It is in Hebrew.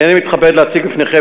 הנני מתכבד להציג בפניכם